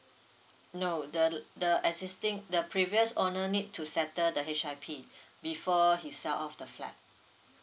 no the the existing the previous owner need to settle the H_I_P before he sell off the flat